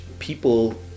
people